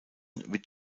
wird